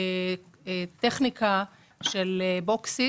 טכניקה של Boxit,